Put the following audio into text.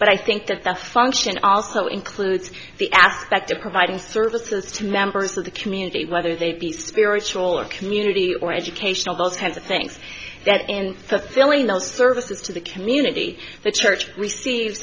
but i think that the function also includes the aspect of providing services to members of the community whether they be spiritual or community or educational those kinds of things that in fulfilling those services to the community the church receive